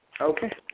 Okay